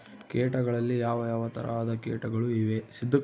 ಕೇಟಗಳಲ್ಲಿ ಯಾವ ಯಾವ ತರಹದ ಕೇಟಗಳು ಇವೆ?